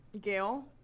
Gail